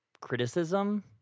criticism